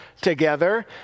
together